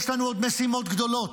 יש לנו עוד משימות גדולות,